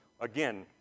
Again